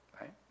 right